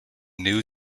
new